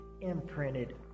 imprinted